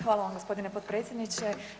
Hvala vam gospodine potpredsjedniče.